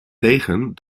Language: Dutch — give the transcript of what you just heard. tegen